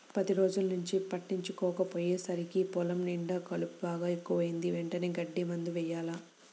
పది రోజుల్నుంచి పట్టించుకోకపొయ్యేసరికి పొలం నిండా కలుపు బాగా ఎక్కువైంది, వెంటనే గడ్డి మందు యెయ్యాల